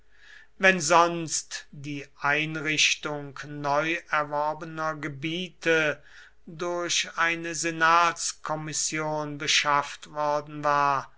wenn sonst die einrichtung neu erworbener gebiete durch eine senatskommission beschafft worden war